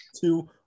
two